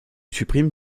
supprime